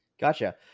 Gotcha